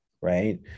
right